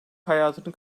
hayatını